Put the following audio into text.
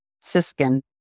Siskin